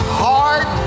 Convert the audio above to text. heart